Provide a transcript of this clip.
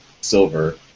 Silver